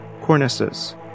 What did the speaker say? cornices